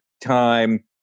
time